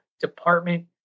department